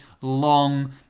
long